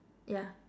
ya